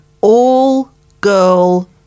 all-girl